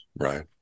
Right